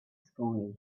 spoon